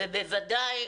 ובוודאי,